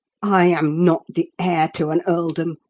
i am not the heir to an earldom,